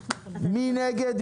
מי נגד?